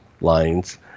lines